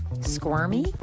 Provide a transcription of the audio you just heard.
Squirmy